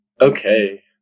Okay